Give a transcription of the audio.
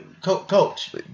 coach